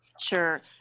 Sure